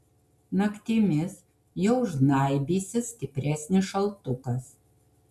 naktimis jau žnaibysis stipresnis šaltukas